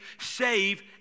save